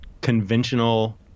conventional